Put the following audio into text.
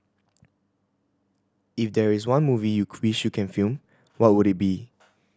if there is one movie you wished you can film what would it be